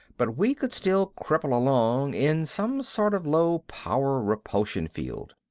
but we could still cripple along in some sort of low-power repulsion field.